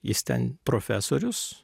jis ten profesorius